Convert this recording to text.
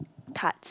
tart